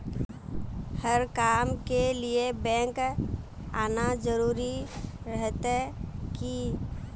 हर काम के लिए बैंक आना जरूरी रहते की?